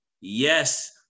yes